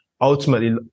ultimately